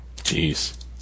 Jeez